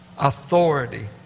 Authority